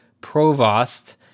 provost